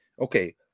Okay